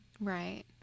Right